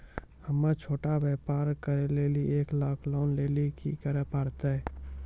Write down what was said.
हम्मय छोटा व्यापार करे लेली एक लाख लोन लेली की करे परतै?